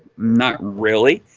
not really,